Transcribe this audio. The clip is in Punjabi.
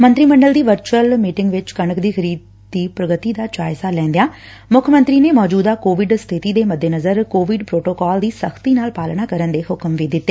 ਮੰਤਰੀ ਮੰਡਲ ਦੀ ਵਰਚੁਅਲ ਬੈਠਕ ਵਿਚ ਕਣਕ ਖਰੀਦ ਦੀ ਪੁਗਤੀ ਦਾ ਜਾਇਜਾ ਲੈਦਿਆਂ ਮੁੱਖ ਮੰਤਰੀ ਨੇ ਮੌਜੁਦਾ ਕੋਵਿਡ ਸਬਿਤੀ ਦੇ ਮੱਦੇਨਜ਼ਰ ਕੋਵਿਡ ਪ੍ਰੋਟੋਕਾਲ ਦੀ ਸਖ਼ਤੀ ਨਾਲ ਪਾਲਣਾ ਕਰਨ ਦੇ ਹੁਕਮ ਵੀ ਦਿੱਤੇ